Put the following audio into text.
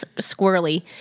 squirrely